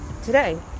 today